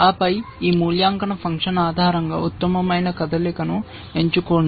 ఆపై ఈ మూల్యాంకన ఫంక్షన్ ఆధారంగా ఉత్తమమైన కదలికను ఎంచుకోండి